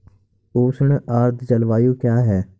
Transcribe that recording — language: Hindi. उष्ण आर्द्र जलवायु क्या है?